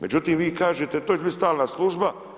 Međutim, vi kažete to će biti stalna služba.